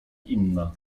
inna